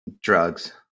Drugs